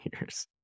years